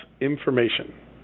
information